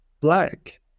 black